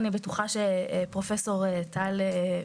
אני בטוחה שפרופ' טל,